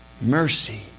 Mercy